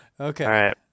Okay